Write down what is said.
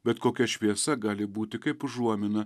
bet kokia šviesa gali būti kaip užuomina